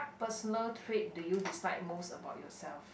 personal trait do you dislike most about yourself